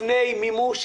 לפני מימוש,